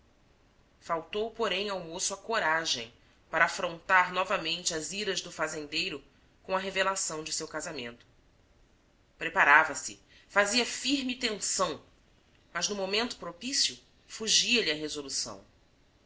faltou porém ao moço a coragem para afrontar novamente as iras do fazendeiro com a revelação do seu casamento preparava-se fazia firme tenção mas no momento propício fugia-lhe a resolução